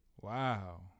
Wow